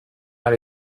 elle